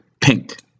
Pink